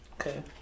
Okay